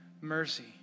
mercy